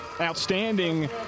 outstanding